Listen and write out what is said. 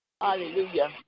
hallelujah